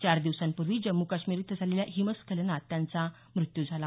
चार दिवसांपूर्वी जम्मू काश्मीर इथं झालेल्या हिमस्खलनात त्यांचा मृत्यू झाला